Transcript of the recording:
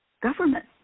government